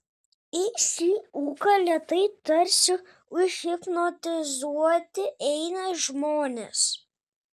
į šį ūką lėtai tarsi užhipnotizuoti eina žmonės